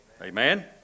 amen